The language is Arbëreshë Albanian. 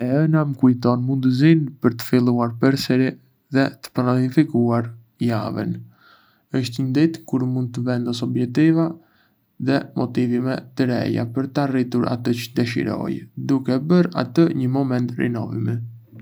E hëna më kujton mundësinë për të filluar përsëri dhe për të planifikuar javën. Është një ditë kur mund të vendos objektiva dhe motivime të reja për të arritur atë çë dëshiroj, duke e bërë atë një moment rinovimi.